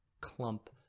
clump